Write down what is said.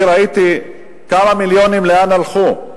אני ראיתי כמה מיליונים, לאן הלכו.